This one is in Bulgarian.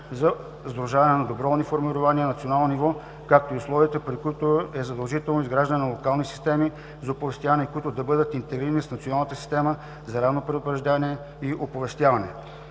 за сдружаване на доброволните формирования на национална ниво, както и условията, при които е задължително изграждане на локални системи за оповестяване, които да бъдат интегрирани с Националната система за ранно предупреждение и оповестяване.